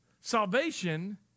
Salvation